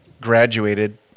graduated